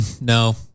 no